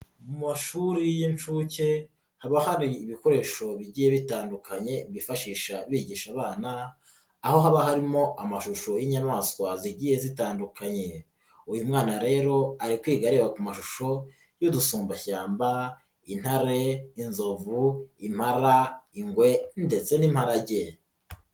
Mu mashuri y'inshuke haba hari ibikoresho bigiye bitandukanye bifashisha bigisha abana, aho haba harimo amashusho y'inyamaswa zigiye zitandukanye, uyu mwana rero ari kwiga areba ku mashusho y'udusumbashyamba, intare, inzovu, impara, ingwe ndetse n'imparage.